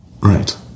right